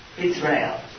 Israel